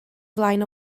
flaen